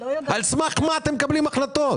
על סמך מה אתם מקבלים החלטות?